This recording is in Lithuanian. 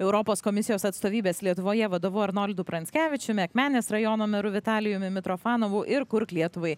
europos komisijos atstovybės lietuvoje vadovu arnoldu pranckevičiumi akmenės rajono meru vitalijumi mitrofanovu ir kurk lietuvai